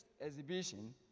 exhibition